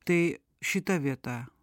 tai šita vieta